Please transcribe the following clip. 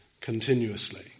continuously